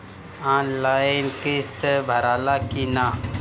Online किस्त भराला कि ना?